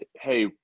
hey